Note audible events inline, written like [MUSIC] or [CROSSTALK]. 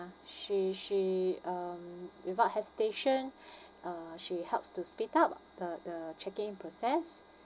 she she um without hesitation [BREATH] uh she helps to speed up the the check in process